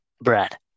Brad